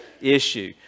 issue